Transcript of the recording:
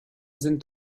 sind